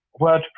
WordPress